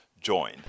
join